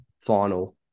final